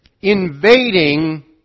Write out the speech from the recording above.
invading